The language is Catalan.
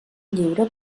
lliure